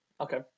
Okay